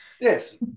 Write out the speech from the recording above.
Yes